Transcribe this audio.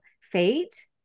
fate